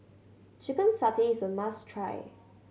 chicken satay is a must try